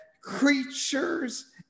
creatures